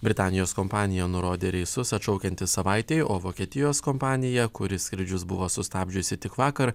britanijos kompanija nurodė reisus atšaukianti savaitei o vokietijos kompanija kuri skrydžius buvo sustabdžiusi tik vakar